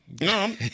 No